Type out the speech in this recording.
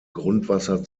grundwasser